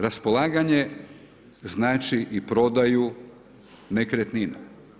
Raspolaganje znači i prodaju nekretnina.